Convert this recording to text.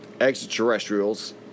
extraterrestrials